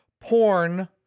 porn